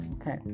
okay